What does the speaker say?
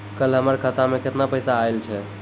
कल हमर खाता मैं केतना पैसा आइल छै?